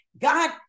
God